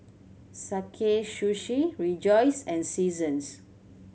Sakae Sushi Rejoice and Seasons